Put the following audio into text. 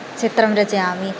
चित्रं रचयामि